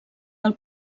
del